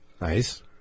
Nice